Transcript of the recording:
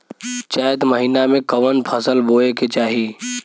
चैत महीना में कवन फशल बोए के चाही?